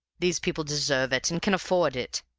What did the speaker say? these people deserve it, and can afford it.